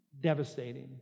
devastating